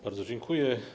Bardzo dziękuję.